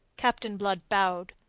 captain blood bowed,